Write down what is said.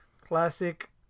Classic